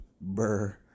Burr